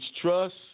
Trust